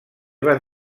van